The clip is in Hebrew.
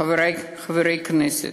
חברי חברי הכנסת,